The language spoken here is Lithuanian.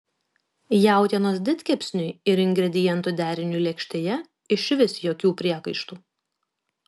jautienos didkepsniui ir ingredientų deriniui lėkštėje išvis jokių priekaištų